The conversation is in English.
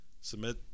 Submit